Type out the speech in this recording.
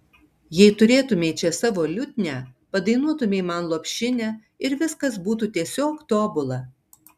jei turėtumei čia savo liutnią padainuotumei man lopšinę ir viskas būtų tiesiog tobula